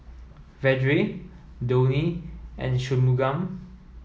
Vedre Dhoni and Shunmugam